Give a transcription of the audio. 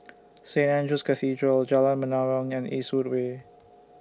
Saint Andrew's Cathedral Jalan Menarong and Eastwood Way